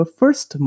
first